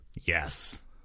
Yes